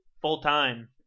full-time